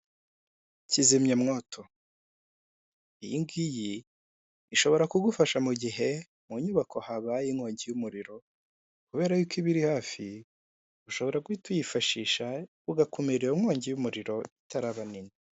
Kizimyamwoto, iyingiyi ishobora kugufasha mu gihe mu nyubako habaye inkongi y'umuriro, kubera yuko iba iri hafi, ushobora guhita uyifashisha, ugakumira iyo nkongi y'umuriro itaraba nini.